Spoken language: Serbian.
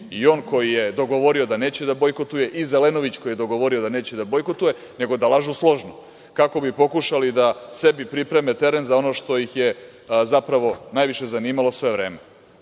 i on koji je dogovorio da neće da bojkotuje, i Zelenović koji je dogovorio da neće da bojkotuje, nego da lažu složno, kako bi pokušali da sebi pripreme teren za ono što ih je zapravo najviše zanimalo sve vreme,